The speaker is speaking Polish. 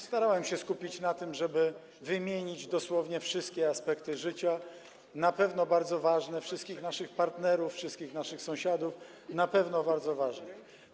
Starałem się skupić na tym, żeby wymienić dosłownie wszystkie aspekty życia, na pewno bardzo ważne, wszystkich naszych partnerów, wszystkich naszych sąsiadów, na pewno bardzo ważne.